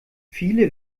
viele